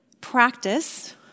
practice